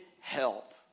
help